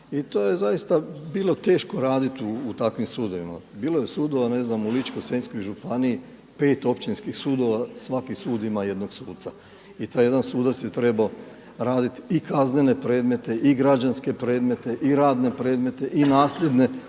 i to je zaista bilo teško raditi u takvim sudovima. Bilo je sudova u Ličko-senjskoj županiji pet općinskih sudova, svaki sud ima jednog suca i taj jedan sudac je trebao raditi i kaznene predmete i građanske predmete i radne predmete i nasljedne,